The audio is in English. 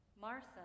martha